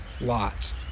Lot